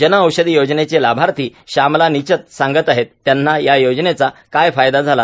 जन औषधी योजनेचे लाभार्थी शामला नीचत सांगत आहेत त्यांना या योजनेचा काय फायदा झाला